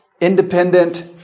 independent